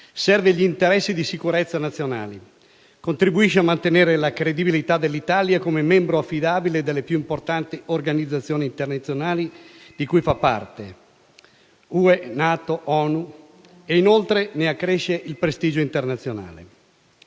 serve gli interessi di sicurezza nazionali, contribuisce a mantenere la credibilità dell'Italia come membro affidabile delle più importanti organizzazioni internazionali di cui fa parte - UE, NATO, ONU - e, inoltre, ne accresce il prestigio internazionale.